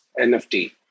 NFT